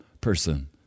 person